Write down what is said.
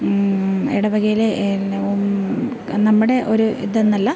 ഇടവകയിലെ എല്ലാ നമ്മുടെ ഒരു ഇതെന്നല്ല